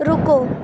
رکو